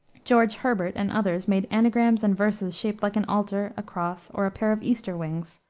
george herbert and others made anagrams and verses shaped like an altar, a cross, or a pair of easter wings.